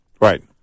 Right